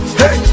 hey